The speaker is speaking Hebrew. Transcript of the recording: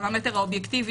הפרמטר האובייקטיבי,